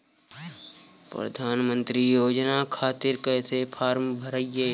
प्रधानमंत्री योजना खातिर कैसे फार्म भराई?